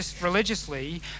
religiously